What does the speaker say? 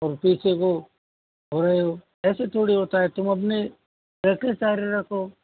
और पीछे को हो रहे हो ऐसे थोड़ी होता है तुम अपनी प्रैक्टिस जारी रखो